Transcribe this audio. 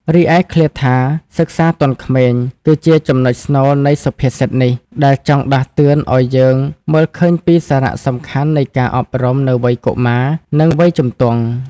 រីឯឃ្លាថាសិក្សាទាន់ក្មេង គឺជាចំណុចស្នូលនៃសុភាសិតនេះ ដែលចង់ដាស់តឿនឱ្យយើងមើលឃើញពីសារៈសំខាន់នៃការអប់រំនៅវ័យកុមារ និងវ័យជំទង់ ។